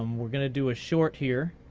um we're going to do a short here.